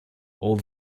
old